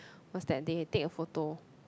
was that they take a photo